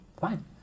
fine